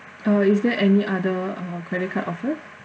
uh is there any other uh credit card offer